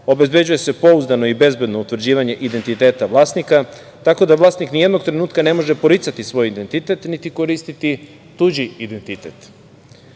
dokumenta. Obezbeđuje se pouzdano i bezbedno utvrđivanje identiteta vlasnika, tako da vlasnik nijednog trenutka ne može poricati svoj identitet, niti koristiti tuđi identitet. Veoma